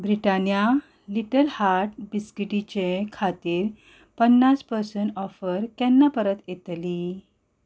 Britannia little heart बिस्कीटीचें खातीर पन्नास पर्संट ऑफर केन्ना परत येतली